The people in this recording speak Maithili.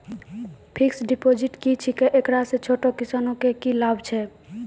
फिक्स्ड डिपॉजिट की छिकै, एकरा से छोटो किसानों के की लाभ छै?